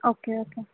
okay okay